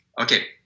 Okay